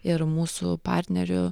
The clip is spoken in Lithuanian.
ir mūsų partneriu